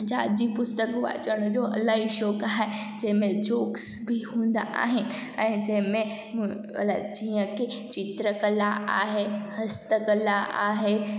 जात जी पुस्तकूं अचण जो इलाही शौक़ु आहे जंहिं में जोक्स बि हूंदा आहिनि ऐं जंहिं में अलाही जीअं की चित्र कला आहे हस्त कला आहे